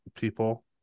people